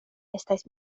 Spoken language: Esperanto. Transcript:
estas